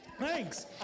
Thanks